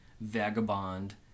vagabond